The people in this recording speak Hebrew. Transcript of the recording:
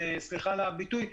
סליחה על הביטוי,